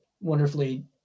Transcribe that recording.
wonderfully